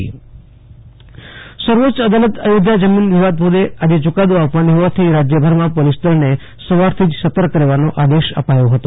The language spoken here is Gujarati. આશુતોષ અંતાણી અયોધ્યા યુકાદો રાજ્ય સર્વોચ્ય અદાલત અયોધ્યા જમીન વિવાદ મુદ્દે આજે યૂકાદો આપવાની હોવાથી રાજ્યમાં પોલીસ દળને સવારથી જ સતર્ક રહેવાનો આદેશ અપાયો હતો